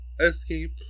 escape